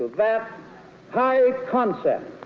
that high concept